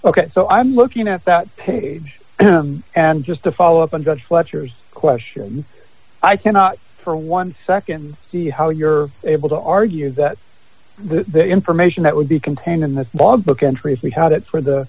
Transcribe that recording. k so i'm looking at that page and just to follow up on judge fletcher's question i cannot for one second see how you're able to argue that the information that would be contained in this log book entry if we had it for